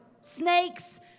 Snakes